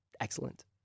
excellent